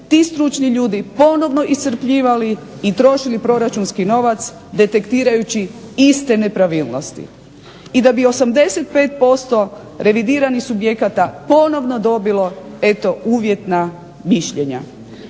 ti stručni ljudi ponovno iscrpljivali i trošili proračunski novac detektirajući iste nepravilnosti, i da bi 85% revidiranih subjekata ponovno dobilo uvjetna mišljenja.